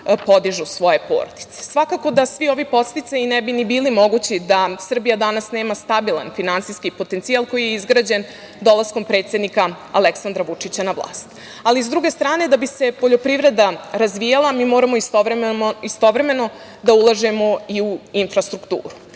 podižu svoje porodice. Svakako da svi ovi podsticaji ne bi ni bili mogući da Srbija danas nema stabilan finansijski potencijal koji je izgrađen dolaskom predsednika Aleksandra Vučića na vlast. S druge strane, da bi se poljoprivreda razvijala, mi moramo istovremeno da ulažemo i u infrastrukturu. Ja,